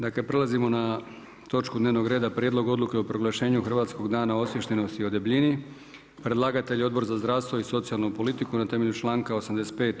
Dakle prelazimo na točku dnevnog reda: - Prijedlog odluke o proglašenju Hrvatskog dana osviještenosti o debljini; Predlagatelj je Odbor za zdravstvo i socijalnu politiku, na temelju članka 85.